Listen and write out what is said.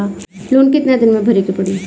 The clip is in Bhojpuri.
लोन कितना दिन मे भरे के पड़ी?